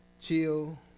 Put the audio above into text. Chill